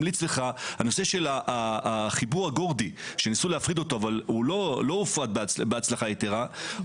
הוא נושא החיבור הגורדי שניסו להפריד אותו אך הוא לא הופרד בהצלחה יתרה,